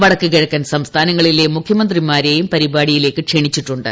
വടക്ക് കിഴക്കൻ സംസ്ഥാനങ്ങളിലെ മുഖ്യമന്ത്രിമാരേയും പരിപാടിയിലേക്ക് ക്ഷണിച്ചിട്ടുണ്ട്